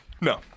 No